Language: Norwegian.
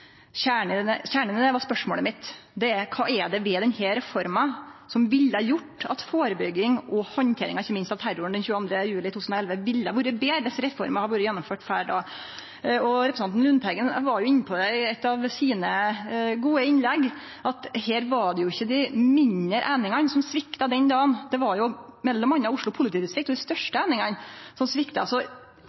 minutt. Kjernen i det eg sa om innlegget til representanten Werp i stad om rapporten frå 22. juli-kommisjonen, var spørsmålet mitt: Kva er det ved denne reforma som ville gjort at førebygging og ikkje minst handteringa av terroren 22. juli 2011 ville vore betre viss reforma hadde vore gjennomført før det? Representanten Lundteigen var inne på i eit av sine gode innlegg at det var jo ikke dei mindre einingane som svikta den dagen, det var dei største einingane, m.a. Oslo politidistrikt, som svikta.